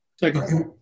Second